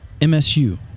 MSU